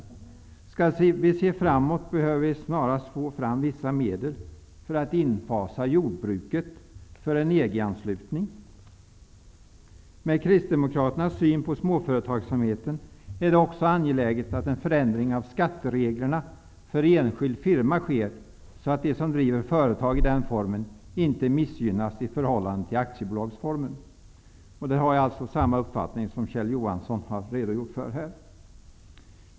Om vi skall se något framåt, behöver vi snarast få fram vissa medel för att infasa det svenska jordbruket mot en EG-anslutning. Med kristdemokraternas syn på småföretagssamheten är det också angeläget att en förändring av skattereglerna för enskild firma sker, så att de som driver företag i den formen inte missgynnas i förhållande till dem som driver företag i aktiebolagsform. I det avseendet har jag samma uppfattning som Kjell Johansson har redogjort för.